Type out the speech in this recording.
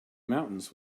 mountains